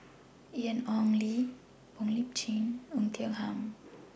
Ian Ong Li Wong Lip Chin and Oei Tiong Ham